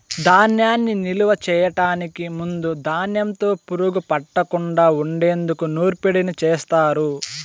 ధాన్యాన్ని నిలువ చేయటానికి ముందు ధాన్యంలో పురుగు పట్టకుండా ఉండేందుకు నూర్పిడిని చేస్తారు